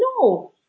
No